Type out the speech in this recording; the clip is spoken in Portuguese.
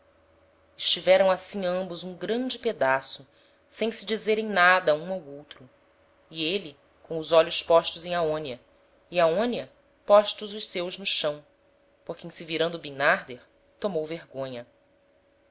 estiveram assim ambos um grande pedaço sem se dizerem nada um ao outro e êle com os olhos postos em aonia e aonia postos os seus no chão porque em se virando bimnarder tomou vergonha